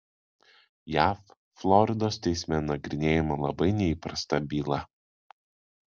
jav floridos teisme nagrinėjama labai neįprasta byla